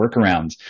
workarounds